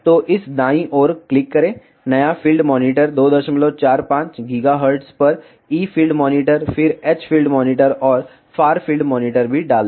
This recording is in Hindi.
तो इस दाईं ओर क्लिक करें नया फ़ील्ड मॉनिटर 245 GHz पर E फ़ील्ड मॉनिटर फिर H फ़ील्ड मॉनिटर और फार फील्ड मॉनिटर भी डाल दिया